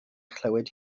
chlywed